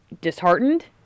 disheartened